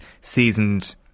seasoned